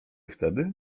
wtedy